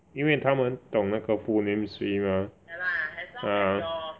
因为他们懂那个 full name 谁 mah ah